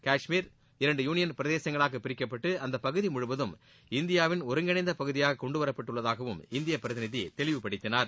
காஷ்மீர் இரண்டு யூளியன் பிரதேசங்களாக பிரிக்கப்பட்டு அந்த பகுதி முழுவதும் இந்தியாவின் ஒருங்கிணைந்த பகுதியாக கொண்டு வரப்பட்டுள்ளதாகவும் இந்திய பிரதிநிதி தெளிவுபடுத்தினார்